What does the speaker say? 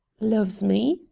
loves me,